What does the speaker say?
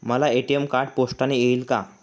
मला ATM card पोस्टाने येईल का?